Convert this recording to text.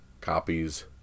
copies